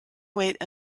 wait